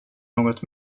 något